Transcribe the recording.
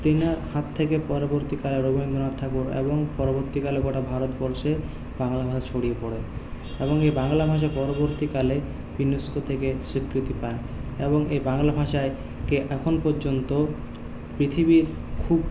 তেনার হাত থেকে পরবর্তীকালে রবীন্দ্রনাথ ঠাকুর এবং পরবর্তীকালে গোটা ভারতবর্ষে বাংলা ভাষা ছড়িয়ে পড়ে এবং এই বাংলা ভাষা পরবর্তীকালে ইউনেস্কো থেকে স্বীকৃতি পায় এবং এই বাংলা ভাষায়কে এখন পর্যন্ত পৃথিবীর খুব